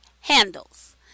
handles